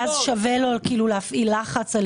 ואז שווה לו להפעיל לחץ.